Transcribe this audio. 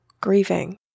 grieving